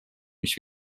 mis